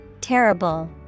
Terrible